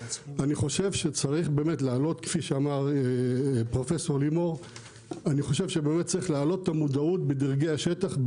אני חושב שכפי שאמר פרופסור לימור צריך להעלות את המודעות בדרגי השטח,